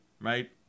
right